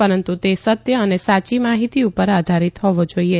પરંતુ તે સત્ય અને સાચી માહિતી પર આધારિત હોવો જોઈએ